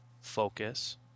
Focus